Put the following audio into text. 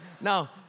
Now